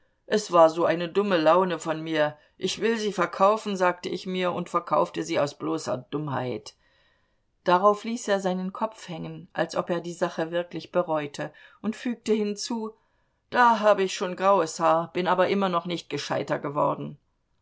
es war so eine dumme laune von mir ich will sie verkaufen sagte ich mir und verkaufte sie aus bloßer dummheit darauf ließ er seinen kopf hängen als ob er die sache wirklich bereute und fügte hinzu da habe ich schon graues haar bin aber noch immer nicht gescheiter geworden